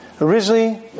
Originally